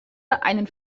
einen